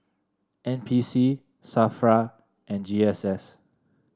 N P C Safra and G S S